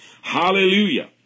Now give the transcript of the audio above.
Hallelujah